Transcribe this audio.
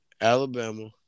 Alabama